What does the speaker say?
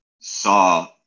saw